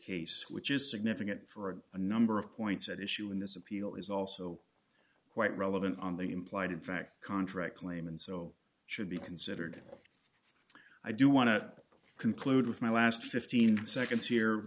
case which is significant for a number of points at issue in this appeal is also quite relevant on the implied in fact contract claim and so should be considered i do want to conclude with my last fifteen seconds here